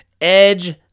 edge